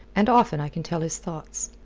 and often i can tell his thoughts.